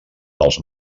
dels